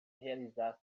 realizar